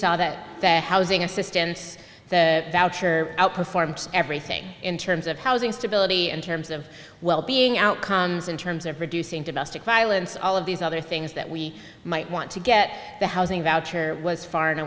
saw that the housing assistance outperformed everything in terms of housing stability and terms of wellbeing outcomes in terms of reducing domestic violence all of these other things that we might want to get the housing voucher was far